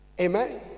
Amen